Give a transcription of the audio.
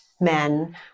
men